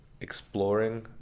exploring